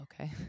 Okay